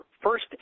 first